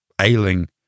Ailing